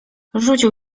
rzucił